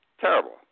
terrible